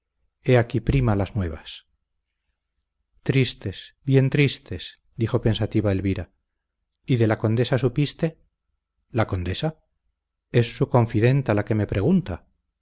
he aquí prima las nuevas tristes bien tristes dijo pensativa elvira y de la condesa supiste la condesa es su confidenta la que me pregunta